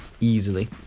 Easily